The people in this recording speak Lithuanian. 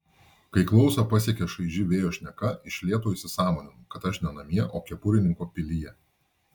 kai klausą pasiekia šaiži vėjo šneka iš lėto įsisąmoninu kad aš ne namie o kepurininko pilyje